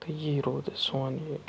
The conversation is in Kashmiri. تہٕ یی اَسہِ روٗد سون یہِ